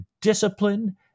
discipline